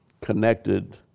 connected